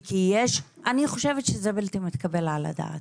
אני חושבת שזה בלתי מתקבל על הדעת,